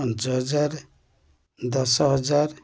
ପାଞ୍ଚ ହଜାର ଦଶ ହଜାର